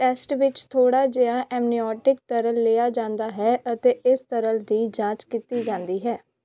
test ਵਿੱਚ ਥੋੜ੍ਹਾ ਜਿਹਾ ਐਮਨਿਓਟਿਕ ਤਰਲ ਲਿਆ ਜਾਂਦਾ ਹੈ ਅਤੇ ਇਸ ਤਰਲ ਦੀ ਜਾਂਚ ਕੀਤੀ ਜਾਂਦੀ ਹੈ